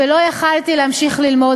ולא יכולתי להמשיך ללמוד.